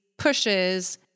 pushes